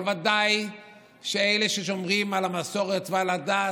אבל ודאי שאלה ששומרים על המסורת ועל הדת,